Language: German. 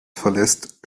verlässt